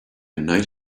night